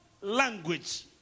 language